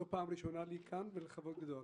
זו פעם ראשונה לי כאן, ולכבוד גדול.